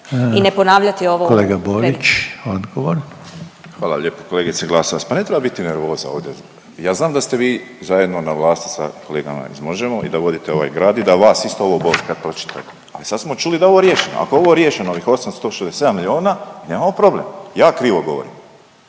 Kolega Borić, odgovor. **Borić, Josip (HDZ)** Hvala lijepo. Kolegice Glasovac pa ne treba biti nervoza ovdje. Ja znam da ste vi zajedno na vlasti sa kolegama iz Možemo! i da vodite ovaj grad i da vas isto ovo boli kad pročitate, ali sad smo čuli da je ovo riješeno. Ako je ovo riješeno ovih 867 miliona nemamo problem, ja krivo govorim,